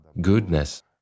goodness